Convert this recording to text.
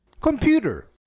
Computer